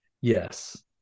Yes